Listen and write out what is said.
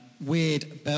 Weird